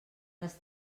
les